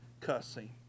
cussing